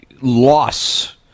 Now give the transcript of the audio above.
loss